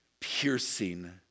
piercing